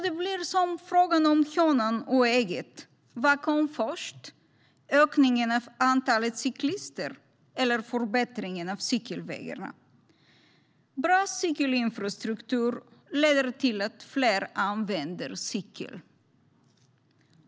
Det blir som frågan om hönan och ägget. Vad kom först - ökningen av antalet cyklister eller förbättringen av cykelvägarna? Bra cykelinfrastruktur leder till att fler använder cykel.